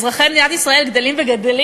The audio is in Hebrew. מספר אזרחי מדינת ישראל גדל וגדל,